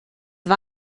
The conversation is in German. war